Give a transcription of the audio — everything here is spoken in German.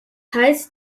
heißt